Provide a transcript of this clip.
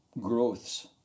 growths